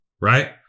right